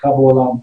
החזקה בעולם,